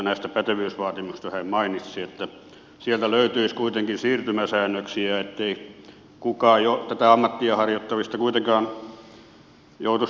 näistä pätevyysvaatimuksista hän mainitsi että sieltä löytyisi kuitenkin siirtymäsäännöksiä ettei kukaan jo tätä ammattia harjoittavista kuitenkaan joutuisi työttömäksi